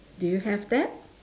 do you have that